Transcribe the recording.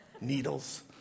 needles